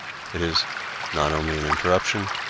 it is not only an interruption,